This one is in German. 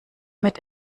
mit